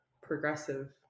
progressive